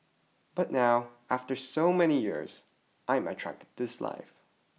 but now after so many years I'm attracted to this life